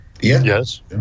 Yes